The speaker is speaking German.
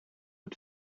und